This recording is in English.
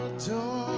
to